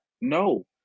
No